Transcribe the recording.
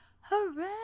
Hooray